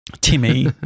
Timmy